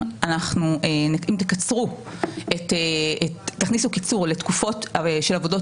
שאם תכניסו קיצור לתקופות של עבודות